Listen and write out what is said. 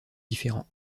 différent